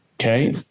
okay